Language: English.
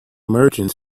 merchant